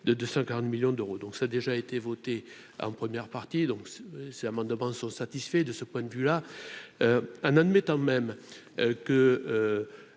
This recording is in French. de 240 millions d'euros, donc ça a déjà été voté en première partie, donc c'est amendements sont satisfaits de ce point de vue là en admettant même que